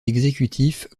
exécutif